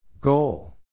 Goal